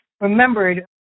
remembered